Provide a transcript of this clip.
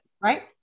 Right